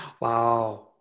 Wow